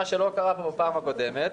מה שלא קרה פה בפעם הקודמת.